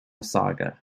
saga